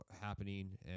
happening